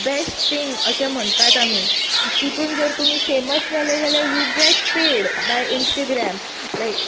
best thing अशें म्हणटा आमी तेतूंत जर तुमी फेमस जाले जाल्यार you get paid by Instagram like